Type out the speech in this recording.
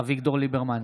אביגדור ליברמן,